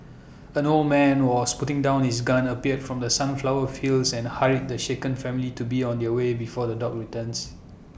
an old man was putting down his gun appeared from the sunflower fields and hurried the shaken family to be on their way before the dogs returns